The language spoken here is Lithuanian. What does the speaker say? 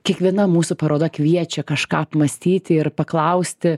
kiekviena mūsų paroda kviečia kažką apmąstyti ir paklausti